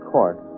Court